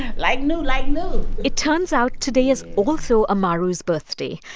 like new, like new it turns out today is also amaru's birthday.